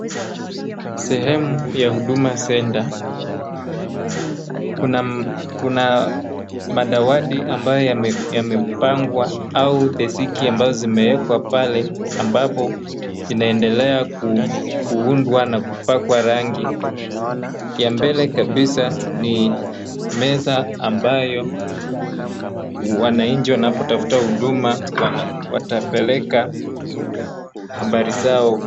Sehemu ya Huduma Center, kuna madawati ambayo yamepangwa, au deski ambazo zimewekwa pale ambapo zimeendelea kuundwa na kupakwa rangi, ya mbele kabisa ni meza ambayo wananchi wanapotafuta hudumu watapeleka habari zao.